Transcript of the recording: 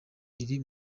iri